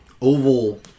oval